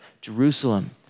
Jerusalem